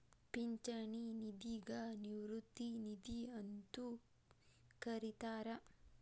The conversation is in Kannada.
ಪಿಂಚಣಿ ನಿಧಿಗ ನಿವೃತ್ತಿ ನಿಧಿ ಅಂತೂ ಕರಿತಾರ